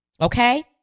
okay